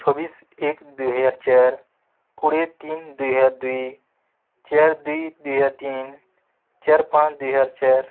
ଛବିଶ ଏକ ଦୁଇହଜାର ଚାରି କୋଡ଼ିଏ ତିନି ଦୁଇହଜାର ଦୁଇ ଚାରି ଦୁଇ ଦୁଇହଜାର ତିନି ଚାରି ପାଞ୍ଚ ଦୁଇହଜାର ଚାରି